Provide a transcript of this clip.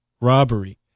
robbery